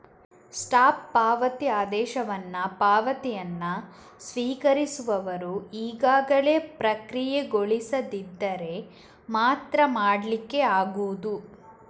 stop ಪಾವತಿ ಆದೇಶವನ್ನ ಪಾವತಿಯನ್ನ ಸ್ವೀಕರಿಸುವವರು ಈಗಾಗಲೇ ಪ್ರಕ್ರಿಯೆಗೊಳಿಸದಿದ್ದರೆ ಮಾತ್ರ ಮಾಡ್ಲಿಕ್ಕೆ ಆಗುದು